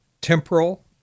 temporal